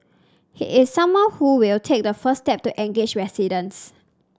he is someone who will take the first step to engage residents